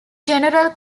general